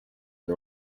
see